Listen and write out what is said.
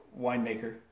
winemaker